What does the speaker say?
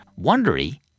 Wondery